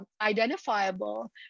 identifiable